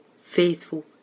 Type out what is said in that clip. faithful